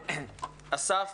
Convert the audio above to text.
אסף,